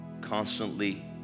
constantly